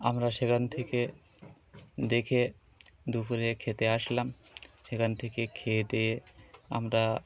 আমরা সেখান থেকে দেখে দুপুরে খেতে আসলাম সেখান থেকে খেয়ে দেয়ে আমরা